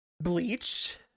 bleach